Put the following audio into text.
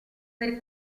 per